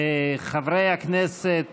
חברי הכנסת